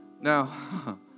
now